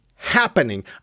Happening